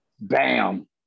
Bam